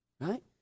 Right